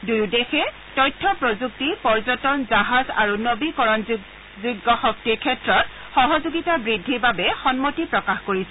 দুয়ো দেশে তথ্য প্ৰযুক্তি পৰ্যটন জাহাজ আৰু নবীকৰণযোগ্য শক্তিৰ ক্ষেত্ৰত সহযোগিতা বৃদ্ধিৰ বাবে সন্মতি প্ৰকাশ কৰিছে